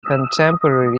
contemporary